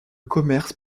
commerce